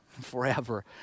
forever